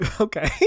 Okay